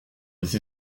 les